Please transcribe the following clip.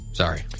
Sorry